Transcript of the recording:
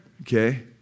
Okay